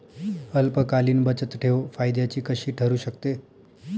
अल्पकालीन बचतठेव फायद्याची कशी ठरु शकते?